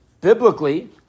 Biblically